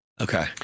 Okay